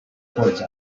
towards